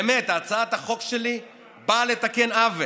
באמת, הצעת החוק שלי באה לתקן עוול.